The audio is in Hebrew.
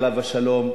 עליו השלום,